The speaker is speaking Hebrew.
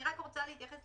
יש חמש שנים מיום שנעשו.